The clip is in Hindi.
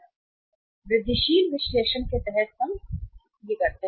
तो इसका मतलब है वृद्धिशील विश्लेषण के तहत हम क्या करते हैं